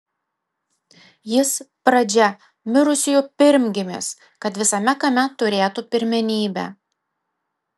jis pradžia mirusiųjų pirmgimis kad visame kame turėtų pirmenybę